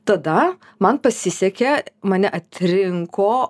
tada man pasisekė mane atrinko